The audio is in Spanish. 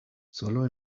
solo